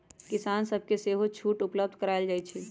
किसान सभके सेहो छुट उपलब्ध करायल जाइ छइ